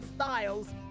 styles